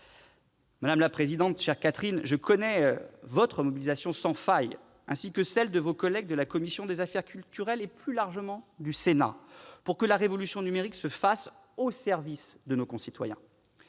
Madame la présidente, chère Catherine Morin-Desailly, je connais votre mobilisation sans faille, ainsi que celle de vos collègues de la commission de la culture, et plus largement du Sénat pour que la révolution numérique se fasse au service de nos concitoyens.